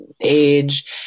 age